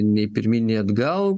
nei pirmyn nei atgal